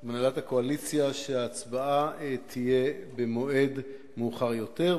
עם הנהלת הקואליציה שההצבעה תהיה במועד מאוחר יותר,